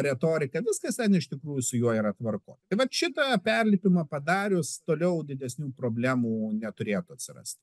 retorika viskas ten iš tikrųjų su juo yra tvarkoj tai vat šitą perlipimą padarius toliau didesnių problemų neturėtų atsirasti